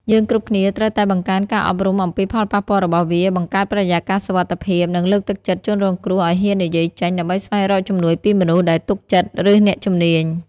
យើងគ្រប់គ្នាត្រូវតែបង្កើនការអប់រំអំពីផលប៉ះពាល់របស់វា បង្កើតបរិយាកាសសុវត្ថិភាព និងលើកទឹកចិត្តជនរងគ្រោះឲ្យហ៊ាននិយាយចេញ ដើម្បីស្វែងរកជំនួយពីមនុស្សដែលទុកចិត្ត ឬអ្នកជំនាញ។